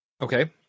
Okay